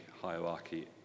hierarchy